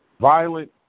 Violent